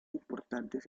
importantes